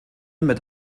mit